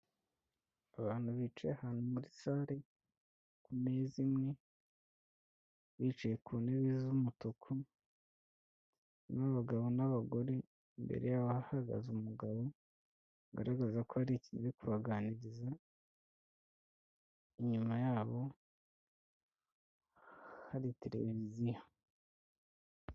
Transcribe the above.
Abantu bicaye ahantu muri sale, ku meza imwe, bicaye ku ntebe z'umutuku, harimo abagabo n'abagore, imbere yabo hahagaze umugabo bigaragaza ko hari icyo agiye kubaganiriza, inyuma yabo hari televiziyo.